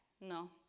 No